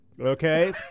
Okay